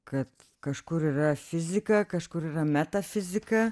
kad kažkur yra fizika kažkur yra metafizika